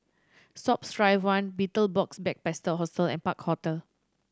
Sports Drive One Betel Box Backpackers Hostel and Park Hotel